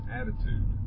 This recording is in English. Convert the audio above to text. attitude